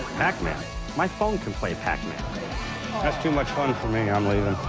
pac-man my phone can play pac-man that's too much fun for me i'm leaving